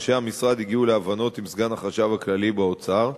אנשי המשרד הגיעו להבנות עם סגן החשב הכללי באוצר,